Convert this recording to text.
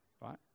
right